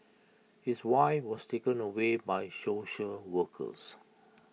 his wife was taken away by social workers